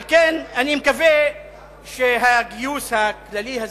על כן אני מקווה שהגיוס הכללי הזה,